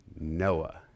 Noah